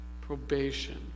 Probation